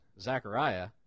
Zachariah